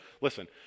listen